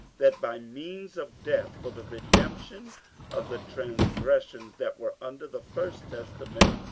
that by means of death, for the redemption of the transgressions that were under the first testament,